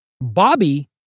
Bobby